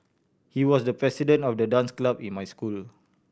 he was the president of the dance club in my school